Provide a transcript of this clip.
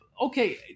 okay